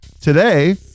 Today